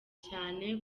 cyane